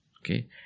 Okay